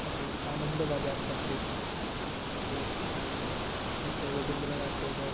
अपि आनन्दवजार् पत्रिका इति डक्टर् रबिन्द्रनाथ टेगर्